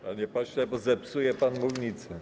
Panie pośle, bo zepsuje pan mównicę.